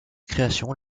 création